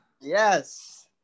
yes